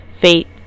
faith